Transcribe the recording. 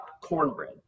cornbread